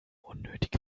unnötig